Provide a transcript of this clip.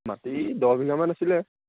মাটি দহবিঘামান আছিলে